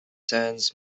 sands